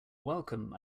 welcome